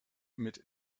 mit